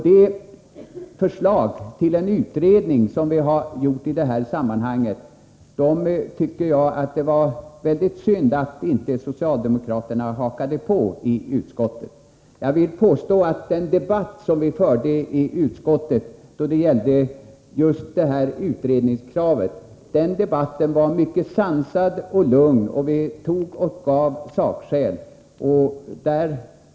Jag tycker att det var synd att inte socialdemokraterna i utskottet hakade på de förslag till en utredning som vi väckt. Jag vill påstå att den debatt som vi förde i utskottet då det gällde just detta utredningskrav var mycket sansad och lugn, och vi tog och gav sakskäl.